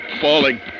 falling